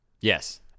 Yes